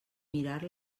mirar